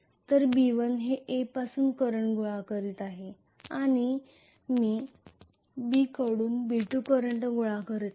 तर B1 हे A पासून करंट गोळा करीत आहे आणि मी B कडून B2 करंट गोळा करणार आहे